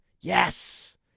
yes